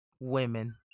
Women